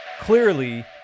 Clearly